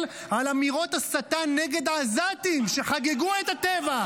על אמירות הסתה נגד העזתים שחגגו את הטבח.